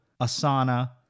Asana